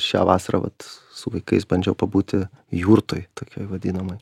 šią vasarą vat su vaikais bandžiau pabūti jurtoj tokioj vadinamoj